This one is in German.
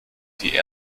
die